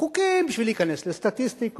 חוקים, בשביל להיכנס לסטטיסטיקות,